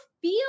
feel